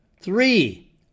Three